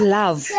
love